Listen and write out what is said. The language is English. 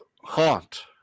Haunt